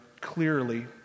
clearly